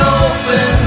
open